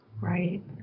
Right